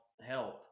help